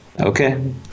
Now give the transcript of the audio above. Okay